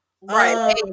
Right